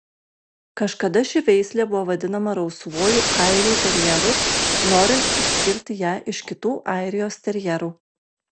kažkada ši veislė buvo vadinama rausvuoju airių terjeru norint išskirti ją iš kitų airijos terjerų